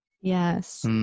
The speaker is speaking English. Yes